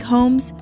Homes